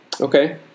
Okay